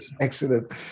excellent